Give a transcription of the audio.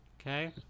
okay